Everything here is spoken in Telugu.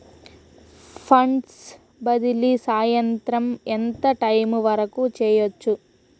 ఫండ్స్ బదిలీ సాయంత్రం ఎంత టైము వరకు చేయొచ్చు